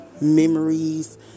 memories